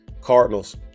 Cardinals